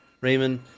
Raymond